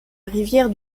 rivière